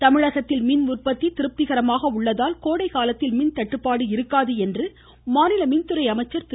தங்கமணி தமிழகத்தில் மின்உற்பத்தி திருப்திகரமாக உள்ளதால் கோடைக் காலத்தில் மின் தட்டுப்பாடு இருக்காது என்று மாநில மின்துறை அமைச்சர் திரு